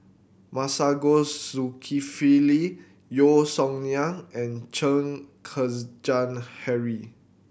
Masagos Zulkifli Yeo Song Nian and Chen Kezhan Henri